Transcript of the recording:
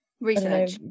research